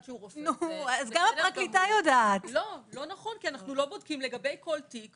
שהוא רופא --- כי אנחנו לא בודקים לגבי כל תיק